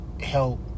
help